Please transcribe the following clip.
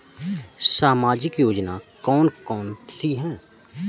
सामाजिक योजना कौन कौन सी हैं?